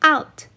Out